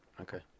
Okay